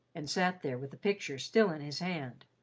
and sat there with the picture still in his hand.